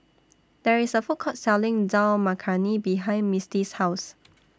There IS A Food Court Selling Dal Makhani behind Misti's House